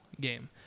game